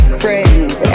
friends